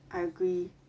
I agree